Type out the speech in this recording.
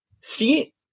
See